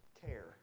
care